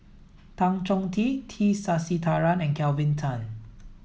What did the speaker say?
Tan Chong Tee T Sasitharan and Kelvin Tan